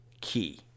key